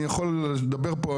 אני יכול לדבר פה,